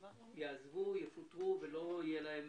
יעזבו, יפוטרו, לא יהיה להם